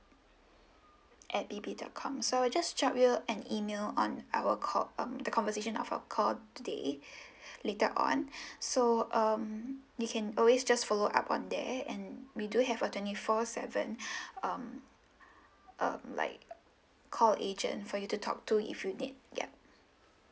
at B B dot com so I'll just drop you an email on our call um the conversation of our call today later on so um you can always just follow up on there and we do have a twenty four seven um um like call agent for you to talk to if you need yup